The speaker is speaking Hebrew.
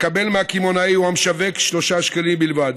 יקבל מהקמעונאי או המשווק 3 שקלים בלבד.